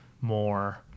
more